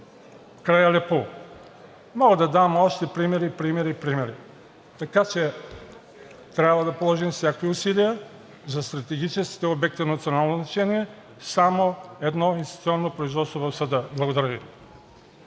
край Алепу. Мога да дам още примери, примери, примери. Така че трябва да положим всякакви усилия за стратегическите обекти от национално значение – само едноинстанционно производство в съда. Благодаря Ви.